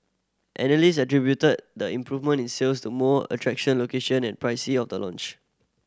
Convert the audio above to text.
analyst attributed the improvement in sales to more attraction location and pricing of the launch